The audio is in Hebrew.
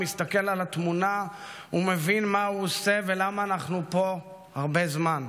הוא מסתכל על התמונה ומבין מה הוא עושה ולמה אנחנו פה הרבה זמן.